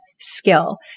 skill